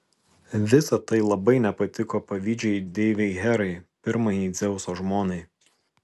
visa tai labai nepatiko pavydžiai deivei herai pirmajai dzeuso žmonai